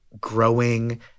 growing –